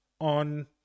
on